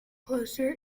closer